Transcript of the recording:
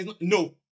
No